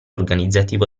organizzativo